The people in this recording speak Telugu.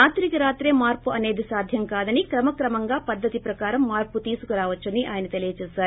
రాత్రికి రాత్రే మార్పు అసేది సాధ్యం కాదని క్రమక్రమంగా పద్గతి ప్రకారం మార్పు తీసుకురావాచ్చని ఆయన తెలియజేశారు